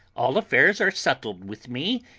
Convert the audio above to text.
all affairs are settled with me,